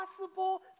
possible